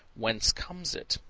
whence comes it?